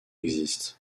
existent